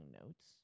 notes